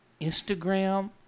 Instagram